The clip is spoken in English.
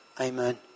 Amen